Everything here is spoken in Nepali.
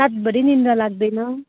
रातभरि निद्रा लाग्दैन